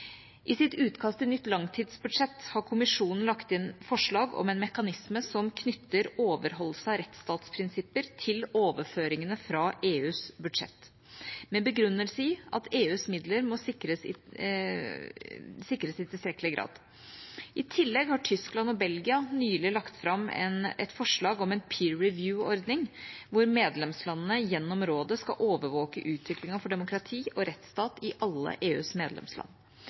I sitt utkast til nytt langtidsbudsjett har Kommisjonen lagt inn forslag om en mekanisme som knytter overholdelse av rettsstatsprinsipper til overføringene fra EUs budsjett, med en begrunnelse i at EUs midler må sikres i tilstrekkelig grad. I tillegg har Tyskland og Belgia nylig lagt fram et forslag om en «peer review»-ordning, der medlemslandene gjennom rådet skal overvåke utviklingen for demokrati og rettsstat i alle EUs medlemsland.